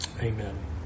amen